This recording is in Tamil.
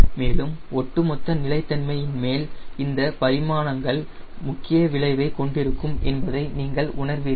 மேலும் ஒட்டுமொத்த நிலைத்தன்மை இன்மேல் இந்த பரிமாணங்கள் முக்கிய விளைவைக் கொண்டிருக்கும் என்பதை நீங்கள் உணர்வீர்கள்